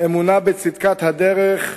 אמונה בצדקת הדרך,